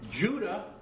Judah